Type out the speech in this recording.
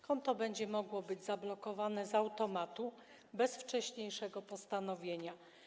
Konto będzie mogło być zablokowane z automatu, bez wcześniejszego postanowienia.